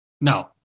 no